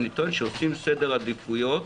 אני טוען שעושים סדר עדיפויות